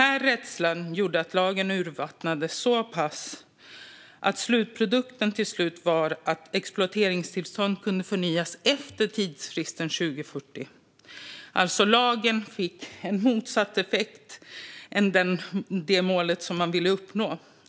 Den rädslan gjorde att lagen urvattnades så pass mycket att slutprodukten blev att exploateringstillstånd kunde förnyas efter tidsfristen 2040. Lagen fick alltså motsatt effekt jämfört med det mål som man ville uppnå.